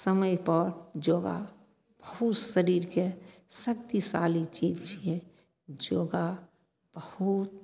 समयपर योगा बहुत शरीरके शक्तिशाली चीज छियै योगा बहुत